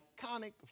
iconic